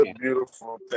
beautiful